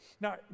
Now